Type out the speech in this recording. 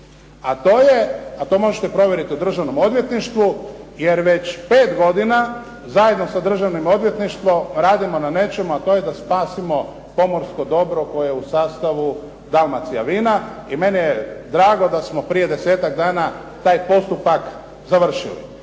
a to možete provjeriti u Državnom odvjetništvu, jer već 5 godina zajedno sa Državnim odvjetništvom radimo na nečemu, a to je spasimo pomorsko dobro koje je u sastavu "Dalmacija vina". I meni je drago da smo prije desetak dana taj postupak završili